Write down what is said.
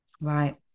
Right